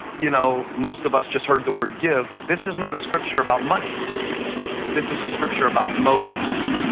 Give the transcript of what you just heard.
you know most of us just heard the word give. this is not a scripture about money this is a scripture about motives.